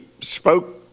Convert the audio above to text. spoke